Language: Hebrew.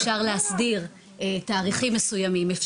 אפשר להסדיר תאריכים מסוימים.